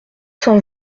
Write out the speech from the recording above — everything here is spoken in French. cent